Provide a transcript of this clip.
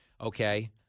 Okay